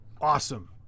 awesome